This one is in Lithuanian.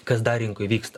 kas dar rinkoj vyksta